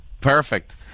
Perfect